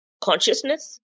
consciousness